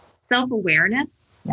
self-awareness